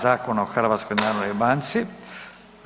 Zakona o HNB-u.